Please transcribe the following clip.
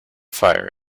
fire